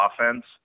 offense